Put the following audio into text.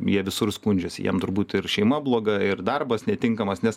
jie visur skundžiasi jiem turbūt ir šeima bloga ir darbas netinkamas nes